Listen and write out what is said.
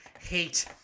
hate